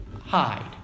hide